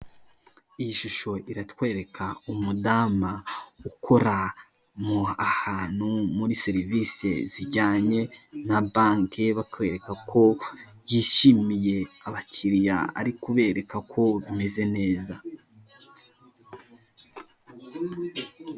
Iyi shusho iratwereka umudama ukora ahantu muri serivise zijyanye na banke, bakwereka ko yishimiye abakiriya, ari kubereka ko bimeze neza.